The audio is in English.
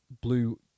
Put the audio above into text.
blue